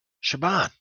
Shaban